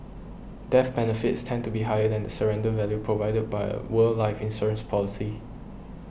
death benefits tend to be higher than the surrender value provided by a world life insurance policy